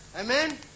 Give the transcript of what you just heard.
Amen